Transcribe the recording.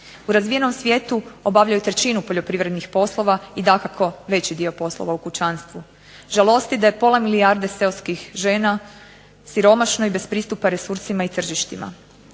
U razvijenom svijetu obavljaju trećinu poljoprivrednih poslova i dakako, veći dio poslova u kućanstvu. Žalosti da je pola milijarde seoskih žena siromašno i bez pristupa resursima i tržištima.